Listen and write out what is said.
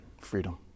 freedom